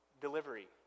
delivery